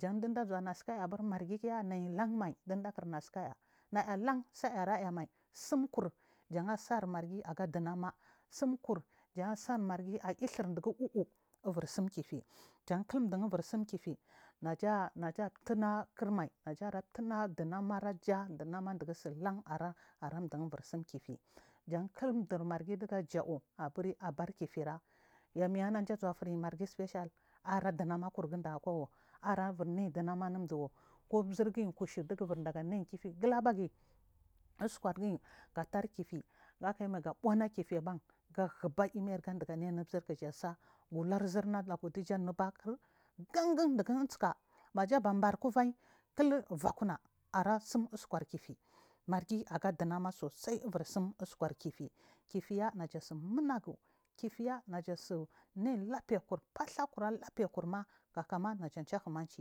kanɗijazuwa natsikaya margik na yillanmai indukirnatsikaya nay alan sayiraya mai tsu kur jan samargi aga chinama amma tsum jurjan sanargi ayiɗhir ɗugu, uu jaskildun ukur tsun kif inaja tuskirmai kima ɗummaraja chuman chign sulan ara xhu ubur tsumaar kefi jaikil churmargi ɗuga janabur kifiya yumiyana ɗazuwafi margi special are ɗama kurgi ɗa wo arabu mai ɗunama muɗumai zirgi kushu ɗigabur naikefi kuga ɓuna gachi na rmir kigasa gu lur zirnaga ɗiyo nuba nunu ɗigu insika aba barkubai kill jatina tsin uskarkifi maargi aga ɗumina tsudai are tsum uskar kifi, kifiya anaylabto ekur bar llabfe kurma kakame naya chaku manc.